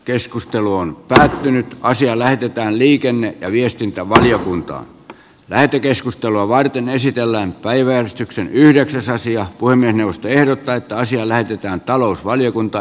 keskustelu on päättynyt ja asia lähetetään liikenne ja viestintävaliokuntaan lähetekeskustelua varten esitellään päiväjärjestyksen yhdeksäs asia voimien puhemiesneuvosto ehdottaa että asia lähetetään talousvaliokuntaan